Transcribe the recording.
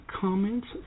comments